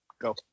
Go